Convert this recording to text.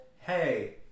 Hey